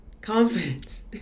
confidence